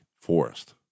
forest